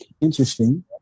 interesting